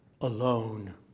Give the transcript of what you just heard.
alone